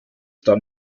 dann